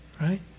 Right